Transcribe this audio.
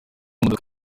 modoka